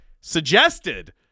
suggested